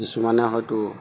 কিছুমানে হয়তো